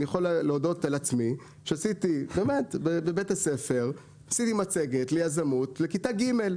אני יכול להודות על עצמי שעשיתי בבית הספר מצגת ליזמות לכיתה ג'.